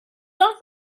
not